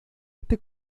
este